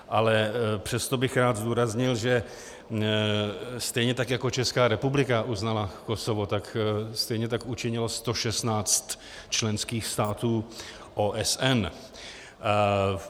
Ale přesto bych rád zdůraznil, že stejně tak jako Česká republika uznala Kosovo, tak stejně tak učinilo 116 členských států OSN.